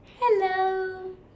Hello